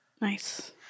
Nice